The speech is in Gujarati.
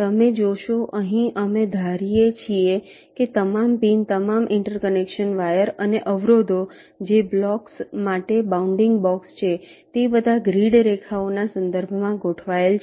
તમે જોશો અહીં અમે ધારીએ છીએ કે તમામ પિન તમામ ઇન્ટરકનેક્શન વાયર અને અવરોધો જે બ્લોક્સ માટે બાઉન્ડિંગ બોક્સ છે તે બધા ગ્રીડ રેખાઓના સંદર્ભમાં ગોઠવાયેલ છે